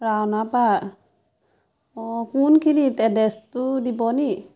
ৰাওনা পাৰ অঁ কোনখিনিত এড্ৰেছটো দিবনি